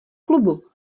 klubu